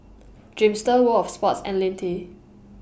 Dreamster World of Sports and Lindt